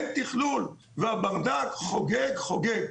אין תכלול והברדק חוגג, חוגג.